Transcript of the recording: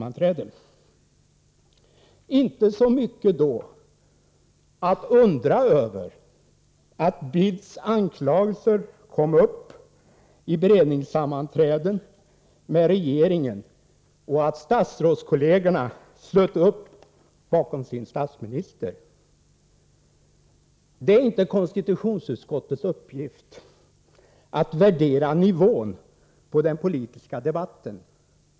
Då är det inte så mycket att undra över att Carl Bildts anklagelser kom upp vid beredningssammanträden med regeringen och att statsrådskollegorna slöt upp bakom sin statsminister. Det är inte konstitutionsutskottets uppgift att värdera nivån på den politiska debatten.